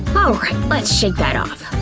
alright, let's shake that off.